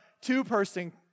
two-person